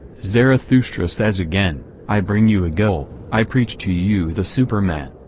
zarathustra says again i bring you a goal i preach to you the superman.